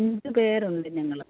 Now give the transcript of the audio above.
അഞ്ച് പേരുണ്ട് ഞങ്ങൾ